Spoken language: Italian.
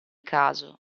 caso